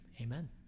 amen